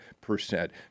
percent